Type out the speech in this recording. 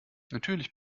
natürlich